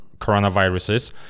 coronaviruses